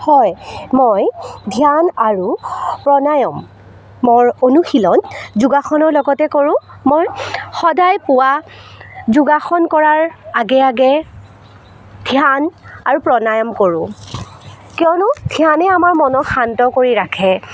হয় মই ধ্যান আৰু প্ৰাণায়াম মই অনুশীলন যোগাসনৰ লগতে কৰোঁ মই সদায় পোৱা যোগাসন কৰাৰ আগে আগে ধ্যান আৰু প্ৰাণায়াম কৰোঁ কিয়নো ধ্যানে আমাৰ মনটোক শান্ত কৰি ৰাখে